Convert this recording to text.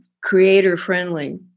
creator-friendly